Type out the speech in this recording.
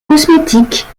cosmétique